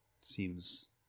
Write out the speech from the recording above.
seems